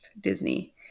Disney